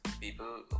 people